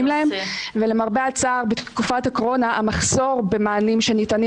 להם ולמרבה הצער בתקופת הקורונה המחסור במענים שניתנים